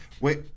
Wait